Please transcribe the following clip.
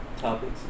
Topics